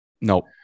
Nope